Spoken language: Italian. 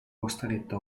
costretto